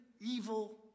evil